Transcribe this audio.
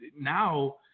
now